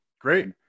Great